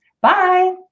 Bye